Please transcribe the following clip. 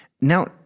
Now